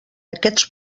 aquests